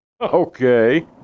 Okay